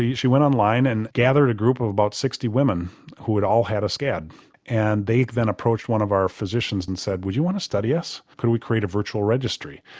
she went online and gathered a group of about sixty women who had all had a scare and they then approached one of our physicians and said would you want to study us, can we create a virtual registry'?